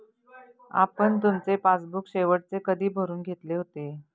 आपण तुमचे पासबुक शेवटचे कधी भरून घेतले होते?